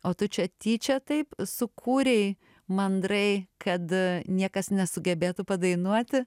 o tu čia tyčia taip sukūrei mandrai kad niekas nesugebėtų padainuoti